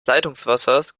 leitungswassers